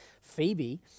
Phoebe